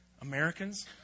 Americans